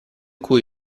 cui